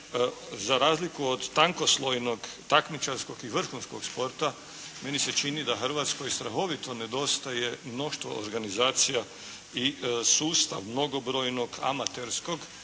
za razliku od tankoslojnog takmičarskog i vrhunskog sporta, meni se čini da Hrvatskoj strahovito nedostaje mnoštvo organizacija i sustavnog brojnog amaterskog